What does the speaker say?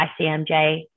ICMJ